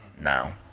Now